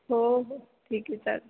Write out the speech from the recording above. हो हो ठीक आहे चालेल